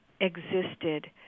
existed